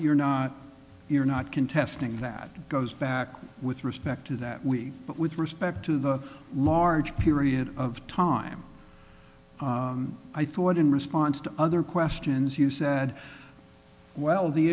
you're not contesting that goes back with respect to that we but with respect to the large period of time i thought in response to other questions you said well the